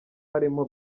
harimo